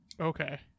Okay